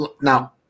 now